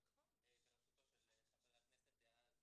בראשותו של חבר הכנסת דאז